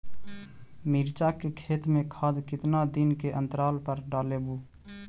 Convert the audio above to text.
मिरचा के खेत मे खाद कितना दीन के अनतराल पर डालेबु?